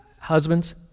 Husbands